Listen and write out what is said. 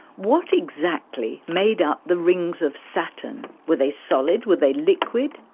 what exactly made up the rings of saturn? were they solid, were they liquid?